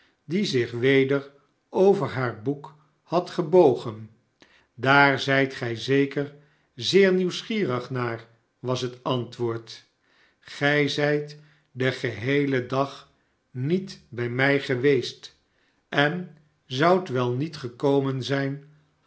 die zich weder over haar boek had gebogen daar zijt gij zeker zeer nieuwsgierig naar was het antwoord gij zijt den geheelen dag niet bij mij geweest en zoudt wel niet gekomen zijn